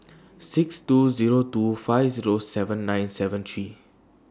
six two Zero two five Zero seven nine seven three